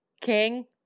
King